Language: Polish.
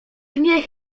niech